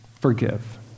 forgive